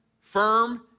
firm